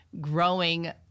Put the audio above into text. growing